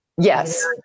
Yes